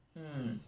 mm